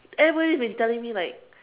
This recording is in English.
everybody has been telling me like